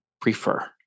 prefer